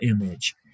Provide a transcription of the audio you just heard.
image